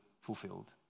fulfilled